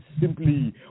simply